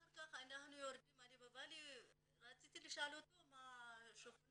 אחר כך כשירדנו אני ובעלי רציתי לשאול אותו לגבי השכונה,